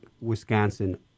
Wisconsin